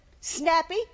snappy